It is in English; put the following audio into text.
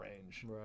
range